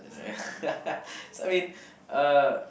so I mean uh